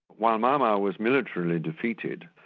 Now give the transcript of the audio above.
while mau mau was military defeated,